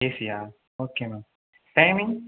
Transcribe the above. Asia okay ma'am timing